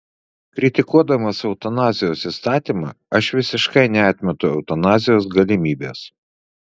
kritikuodamas eutanazijos įstatymą aš visiškai neatmetu eutanazijos galimybės